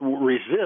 resist